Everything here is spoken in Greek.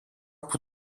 που